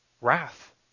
wrath